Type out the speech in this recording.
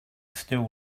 still